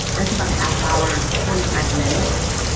that's about a half hour. forty five minutes.